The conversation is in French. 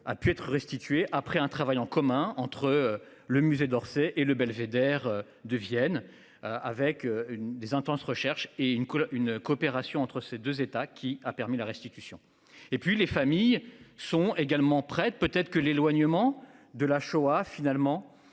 a pu être restitués après un travail en commun entre le musée d'Orsay et le Belvédère de Vienne avec une des intenses recherches et une couleur, une coopération entre ces 2 états qui a permis la restitution et puis les familles sont également peut être que l'éloignement de la Shoah finalement